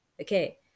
Okay